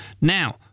Now